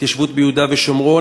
התיישבות ביהודה ושומרון,